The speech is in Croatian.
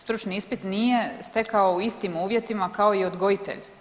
Stručni ispit nije stekao u istim uvjetima kao i odgojitelj.